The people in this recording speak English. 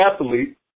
athlete